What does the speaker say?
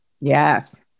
Yes